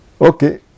Okay